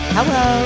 Hello